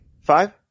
five